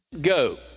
go